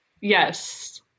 Yes